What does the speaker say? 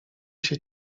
się